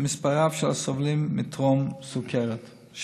ומספר רב של הסובלים מטרום סוכרת,